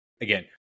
again